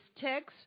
text